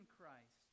Christ